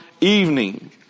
evening